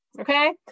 Okay